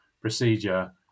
procedure